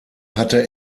hatte